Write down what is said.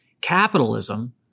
Capitalism